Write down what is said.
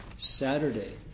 Saturday